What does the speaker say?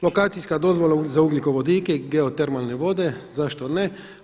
Lokacijska dozvola za ugljikovodike i geotermalne vode, zašto ne.